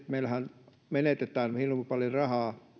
meillähän menetetään hirmu paljon rahaa